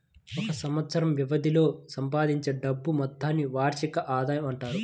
ఒక సంవత్సరం వ్యవధిలో సంపాదించే డబ్బు మొత్తాన్ని వార్షిక ఆదాయం అంటారు